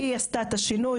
היא עשתה את השינוי,